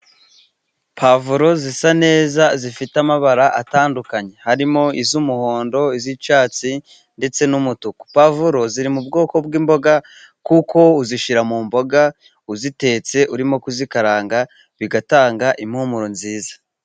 Pavuro zisa neza zifite amabara atandukanye harimo iz'umuhondo, iz'icyatsi ndetse n'umutuku. Pavuro ziri mu bwoko bw'imboga kuko uzishyira mu mboga uzitetse urimo kuzikaranga, bigatanga impumuro nziza.